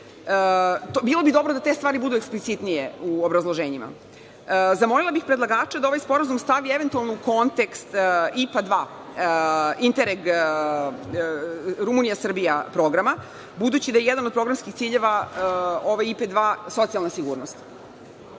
Bilo bi dobro da te stvari budu eksplicitnije u obrazloženjima. Zamolila bih predlagača da ovaj sporazum stavi u eventualno kontekst IPA dva intereg Rumunija – Srbija programa, budući da je jedan od programskih ciljeva socijalna sigurnost. Nije